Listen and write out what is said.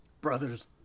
Brothers